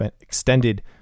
extended